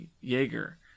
Jaeger